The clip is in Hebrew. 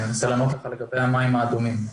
אני אנסה לענות לך לגבי המים האדומים.